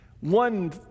One